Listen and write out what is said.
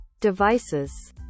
devices